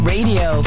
Radio